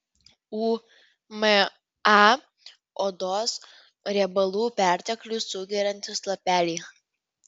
uma odos riebalų perteklių sugeriantys lapeliai